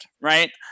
Right